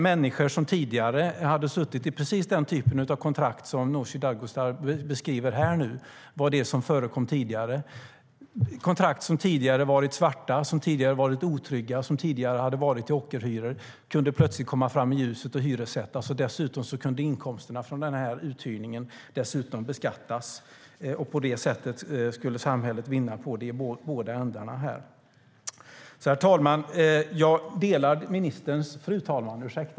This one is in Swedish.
Människor som tidigare hade suttit med precis den typen av kontrakt som Nooshi Dadgostar här beskriver var det som förekom tidigare. Kontrakt som tidigare varit svarta och otrygga och inneburit ockerhyror kunde plötsligt komma fram i ljuset, och det kunde ske en hyressättning. Dessutom kunde inkomsterna från denna uthyrning beskattas, och på det sättet skulle samhället vinna på det i båda ändarna. Fru talman!